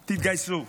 תתגייסו,